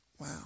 Wow